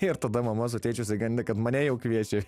ir tada mama su tėčiu išsigandė kad mane jau kviečia